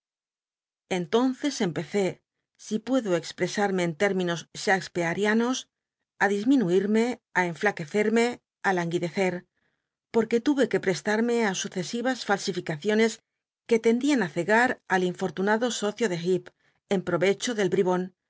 entonces empecé si puedo expresarme en téminos shakspe uianos á disminuir me á enflnqnecerme ti languidecer porque tuve que prestarme i suce il'as falsificaciones que lendian cegar al infortunado socio de jlefp en prol'echo del bribon que